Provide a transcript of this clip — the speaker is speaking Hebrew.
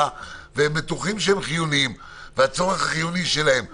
והם בטוחים שהם חיוניים והצרכים שלהם חיוניים,